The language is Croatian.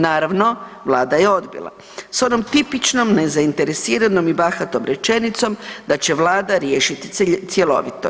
Naravno, Vlada je odbila sa onom tipičnom i nezainteresiranom i bahatom rečenicom da će Vlada riješiti cjelovito.